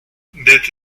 that